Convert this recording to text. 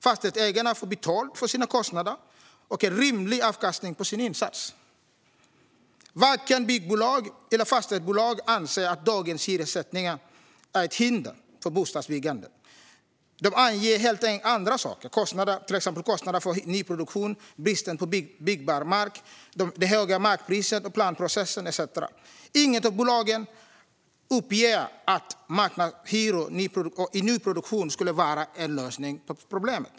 Fastighetsägarna får betalt för sina kostnader och en rimlig avkastning på sina insatser. Varken byggbolag eller fastighetsbolag anser att dagens hyressättning är ett hinder för bostadsbyggandet. De anger helt andra orsaker, till exempel kostnaderna för nyproduktion, bristen på byggbar mark, det höga markpriset och planprocessen. Inget av bolagen uppger att marknadshyror i nyproduktion skulle vara en lösning på problemen.